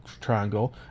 triangle